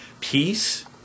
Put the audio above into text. peace